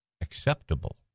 acceptable